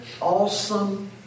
awesome